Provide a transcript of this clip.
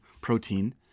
protein